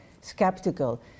skeptical